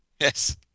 Yes